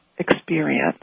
experience